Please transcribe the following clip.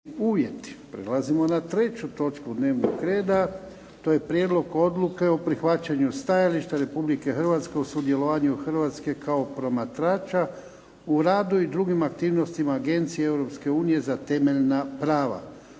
(HDZ)** Prelazimo na 3. točku dnevnog reda. To je - Prijedlog odluke o prihvaćanju stajališta Republike Hrvatske o sudjelovanju Hrvatske kao promatrača u radu i drugim aktivnostima Agencije Europske unije za temeljna prava